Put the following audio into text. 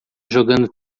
jogando